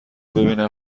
ببینن